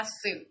suit